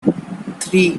three